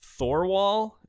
Thorwall